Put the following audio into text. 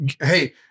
hey